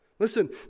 Listen